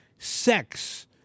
Sex